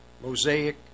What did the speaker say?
Mosaic